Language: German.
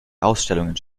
ausstellungen